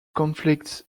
conflicts